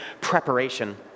preparation